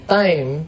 time